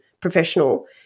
professional